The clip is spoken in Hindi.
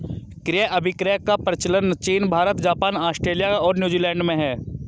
क्रय अभिक्रय का प्रचलन चीन भारत, जापान, आस्ट्रेलिया और न्यूजीलैंड में है